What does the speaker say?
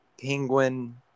penguin